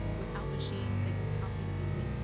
without machines, they can palpate a baby,